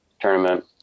tournament